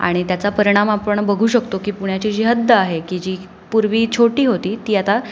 आणि त्याचा परिणाम आपण बघू शकतो की पुण्याची जी हद्द आहे की जी पूर्वी छोटी होती ती आता